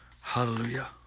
Hallelujah